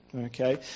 Okay